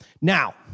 Now